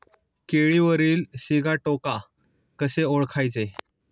केळीवरील सिगाटोका कसे ओळखायचे?